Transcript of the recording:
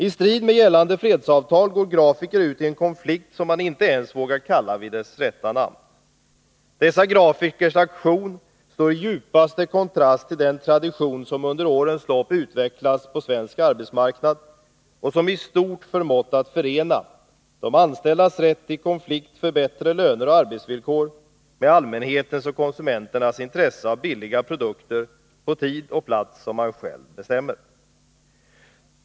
I strid med gällande fredsavtal går grafiker ut i en konflikt som man inte ens vågar kalla vid dess rätta namn. Dessa grafikers aktion står i djupaste kontrast med den tradition som under årens lopp utvecklats på svensk arbetsmarknad och som i stort förmått att förena de anställdas rätt till konflikt för bättre löner och arbetsvillkor med allmänhetens och konsumenternas intresse att kunna köpa billiga produkter, på tid och plats som man själv bestämmer.